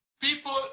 people